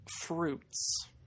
fruits